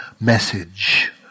message